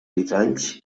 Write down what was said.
vitralls